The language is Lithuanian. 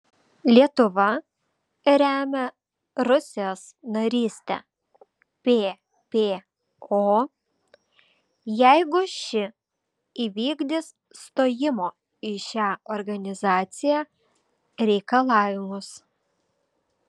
lietuva remia rusijos narystę ppo jeigu ši įvykdys stojimo į šią organizaciją reikalavimus